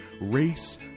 race